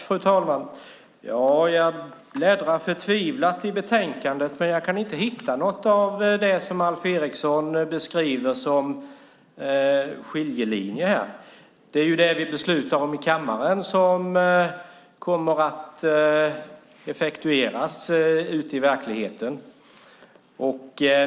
Fru talman! Jag bläddrar förtvivlat i betänkandet, men jag kan inte hitta något av det som Alf Eriksson beskriver som skiljelinje. Det är det vi beslutar om i kammaren som effektueras i verkligheten.